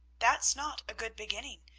that's not a good beginning,